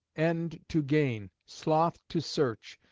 end to gain, sloth to search,